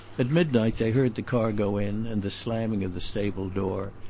at midnight they heard the car go in, and the slamming of the stable door,